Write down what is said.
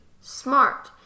smart